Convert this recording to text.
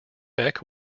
beck